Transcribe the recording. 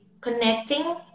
connecting